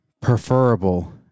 preferable